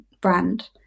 brand